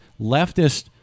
leftist